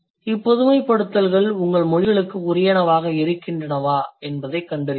இப்பொதுமைப்படுத்தல்கள் உங்கள் மொழிகளுக்கு உரியனவாக இருக்கின்றனவா என்பதைக் கண்டறியுங்கள்